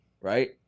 right